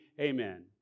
Amen